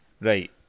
Right